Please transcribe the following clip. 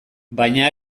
baina